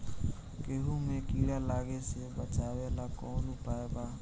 गेहूँ मे कीड़ा लागे से बचावेला कौन उपाय बा?